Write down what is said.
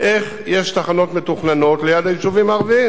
איך יש תחנות מתוכננות ליד היישובים הערביים.